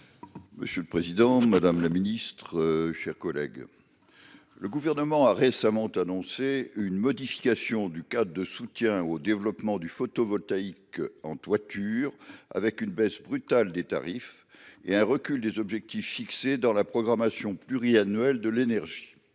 et de l’énergie. Madame la ministre, le Gouvernement a récemment annoncé une modification du cadre de soutien au développement du photovoltaïque en toiture, avec une baisse brutale des tarifs et un recul des objectifs fixés dans la programmation pluriannuelle de l’énergie